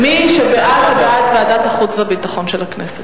מי שבעד, הוא בעד ועדת החוץ והביטחון של הכנסת.